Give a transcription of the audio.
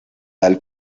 tal